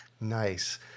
Nice